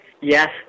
yes